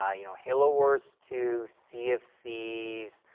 ah you know, halo wars two, sea of thieves,